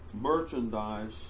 merchandise